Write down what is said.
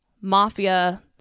mafia